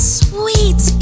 sweet